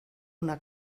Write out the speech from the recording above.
una